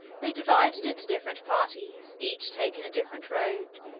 they divided into different parties, each taking a different road.